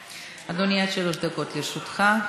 אדוני, עד שלוש דקות לרשותך.